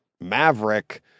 Maverick